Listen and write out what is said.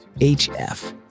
HF